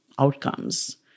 outcomes